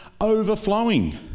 overflowing